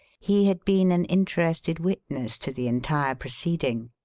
he had been an interested witness to the entire proceeding.